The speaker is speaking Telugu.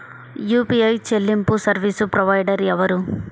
యూ.పీ.ఐ చెల్లింపు సర్వీసు ప్రొవైడర్ ఎవరు?